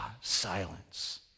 silence